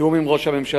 בתיאום עם ראש הממשלה,